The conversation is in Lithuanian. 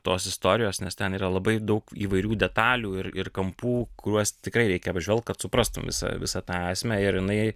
tos istorijos nes ten yra labai daug įvairių detalių ir ir kampų kuriuos tikrai reikia apžvelgt kad suprastum visą visą tą esmę ir jinai